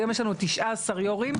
היום יש לנו 19 יושבי ראש.